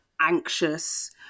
anxious